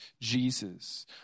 Jesus